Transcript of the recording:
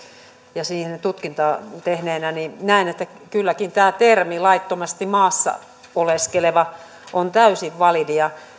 ja siihen tutkintaa tehneenä näen että kylläkin tämä termi laittomasti maassa oleskeleva on täysin validi